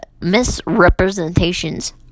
Misrepresentations